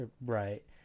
Right